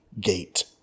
gate